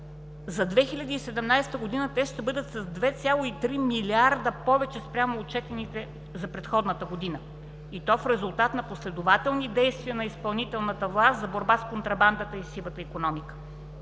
За 2017 г. те ще бъдат с 2,3 милиарда повече спрямо отчетените за предходната година и то в резултат на последователни действия на изпълнителната власт за борба с контрабандата и сивата икономика.